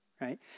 right